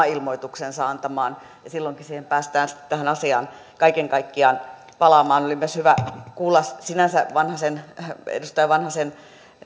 ilmoituksensa antamaan ja silloinkin päästään sitten tähän asiaan kaiken kaikkiaan palaamaan oli myös sinänsä hyvä kuulla edustaja vanhasen